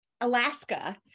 Alaska